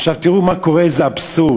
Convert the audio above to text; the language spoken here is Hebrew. עכשיו תראו מה קורה, איזה אבסורד.